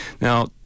Now